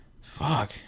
fuck